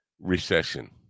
recession